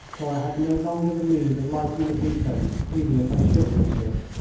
for i had no longer the means of lighting the beacon even if i should reach it.